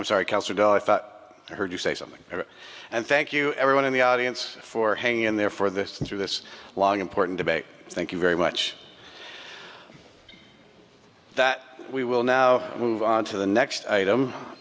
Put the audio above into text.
but i heard you say something and thank you everyone in the audience for hanging in there for this through this long important debate thank you very much that we will now move on to the next item